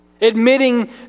admitting